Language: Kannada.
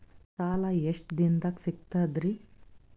ಸಾಲಾ ಎಷ್ಟ ದಿಂನದಾಗ ಸಿಗ್ತದ್ರಿ?